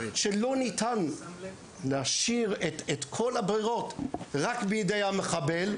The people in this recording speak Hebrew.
שלא ניתן להשאיר את כל הברירות רק בידי המחבל,